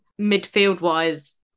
midfield-wise